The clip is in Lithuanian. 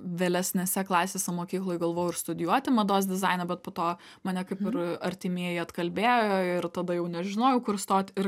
vėlesnėse klasėse mokykloj galvojau ir studijuoti mados dizainą bet po to mane kaip ir artimieji atkalbėjo ir tada jau nežinojau kur stot ir